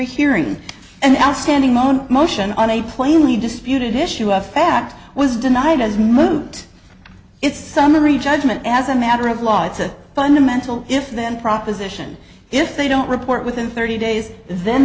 hearing an outstanding loan motion on a plainly disputed issue of fact was denied as moot its summary judgment as a matter of law it's a fundamental if then proposition if they don't report within thirty days then